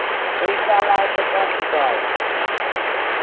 امہِ خیال آسہِ نہٕ کانٛہہ شِکایَت کانہہ شِکایَت آسہِ نہٕ